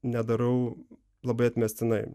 nedarau labai atmestinai